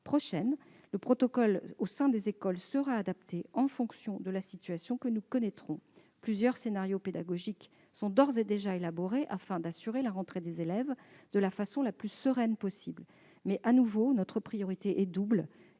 prochaine. Le protocole sanitaire au sein des écoles sera adapté en fonction de la situation que nous connaîtrons. Plusieurs scénarios pédagogiques sont d'ores et déjà élaborés afin d'organiser la rentrée des élèves de la façon la plus sereine possible. De nouveau, notre priorité est double,